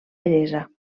bellesa